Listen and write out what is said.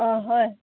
অঁ হয়